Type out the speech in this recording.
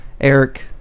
Eric